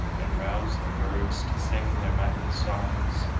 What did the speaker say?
and roused the birds to sing their matin-song's,